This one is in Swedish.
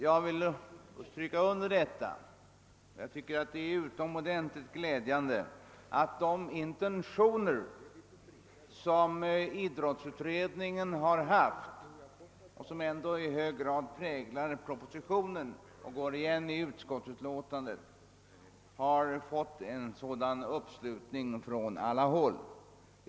Jag vill understryka att det är utomordentligt glädjande att idrottsutredningens intentioner, som i hög grad präglar propositionen och som också går igen i utskottsutlåtandet, har fått ett sådant stöd från alla håll.